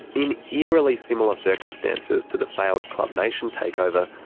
in eerily similar circumstances to the failed klub nation takeover,